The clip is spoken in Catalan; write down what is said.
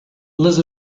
les